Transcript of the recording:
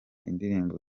indirimbo